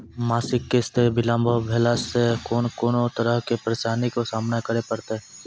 मासिक किस्त बिलम्ब भेलासॅ कून कून तरहक परेशानीक सामना करे परतै?